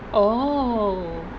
oh